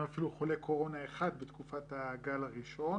אפילו חולה קורונה אחד בתקופת הגל הראשון.